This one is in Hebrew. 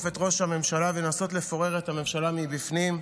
את ראש הממשלה ולנסות לפורר את הממשלה מבפנים,